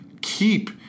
keep